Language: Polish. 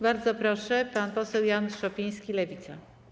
Bardzo proszę, pan poseł Jan Szopiński, Lewica.